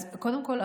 אז קודם כול,